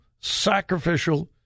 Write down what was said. sacrificial